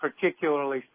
particularly